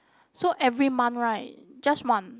so every month right just one